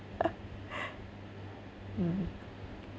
mm